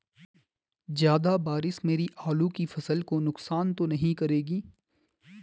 ज़्यादा बारिश मेरी आलू की फसल को नुकसान तो नहीं करेगी?